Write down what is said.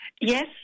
Yes